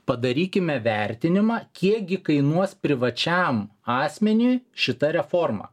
padarykime vertinimą kiekgi kainuos privačiam asmeniui šita reforma